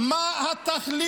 למה האופוזיציה תומכת?